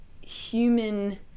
human